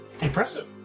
Impressive